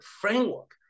framework